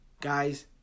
Guys